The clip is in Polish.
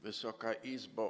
Wysoka Izbo!